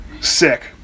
Sick